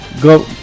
go